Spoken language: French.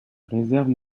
réserve